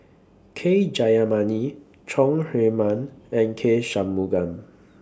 K Jayamani Chong Herman and K Shanmugam